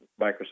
Microsoft